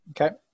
Okay